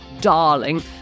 darling